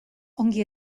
ongi